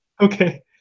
Okay